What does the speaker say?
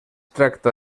tracta